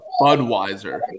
Budweiser